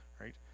right